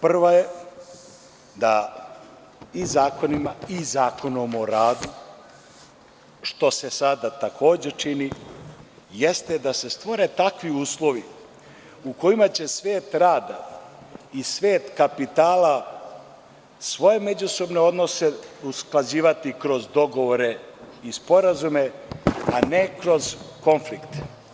Prva je da i zakonima i Zakonom o radu, što se sada takođe čini, jeste da se stvore takvi uslovi u kojima će svet rada i svet kapitala svoje međusobne odnose usklađivati kroz dogovore i sporazume, a ne kroz konflikt.